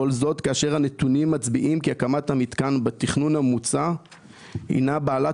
כאשר הנתונים מצביעים כי הקמת המתקן בתכנון המוצע הינה בעלת